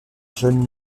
jeune